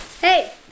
Hey